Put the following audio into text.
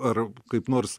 ar kaip nors